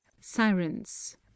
SIRENS